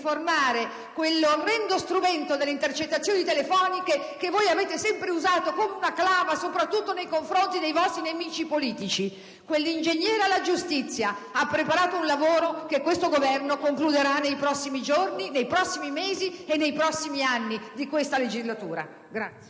riformare quell'orrendo strumento delle intercettazioni telefoniche, che voi avete sempre usato come una clava soprattutto nei confronti dei vostri nemici politici; quell'ingegnere al Ministero della giustizia ha preparato un lavoro che questo Governo concluderà nei prossimi giorni, nei prossimi mesi e nei prossimi anni di questa legislatura.